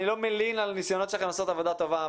אני לא מלין על הנסיונות שלכם לעשות עבודה טובה,